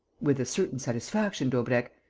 with a certain satisfaction, daubrecq.